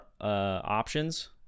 options